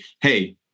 hey